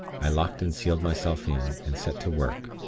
i locked and sealed myself in, and set to work,